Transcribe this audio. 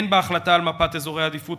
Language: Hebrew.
אין בהחלטה על מפת אזורי העדיפות